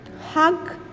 Hug